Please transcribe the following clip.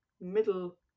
middle